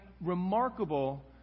remarkable